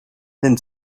then